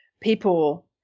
people